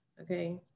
Okay